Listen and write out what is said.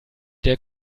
der